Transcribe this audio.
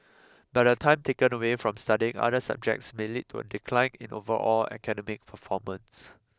but the time taken away from studying other subjects may lead to a decline in overall academic performance